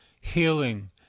healing